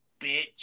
bitch